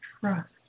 trust